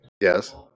Yes